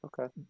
Okay